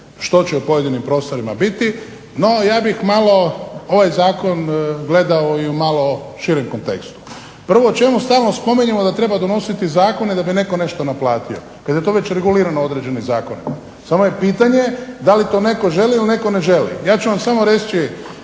što će u pojedinim prostorima biti. No, ja bih malo ovaj Zakon gledao i u malo širem kontekstu. Prvo, čemu stalno spominjemo da treba donositi zakone da bi netko nešto naplatio kad je to već regulirano određenim zakonima samo je pitanje da li to netko želi ili netko ne želi. Ja ću vam samo reći